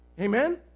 Amen